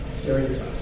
Stereotypes